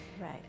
right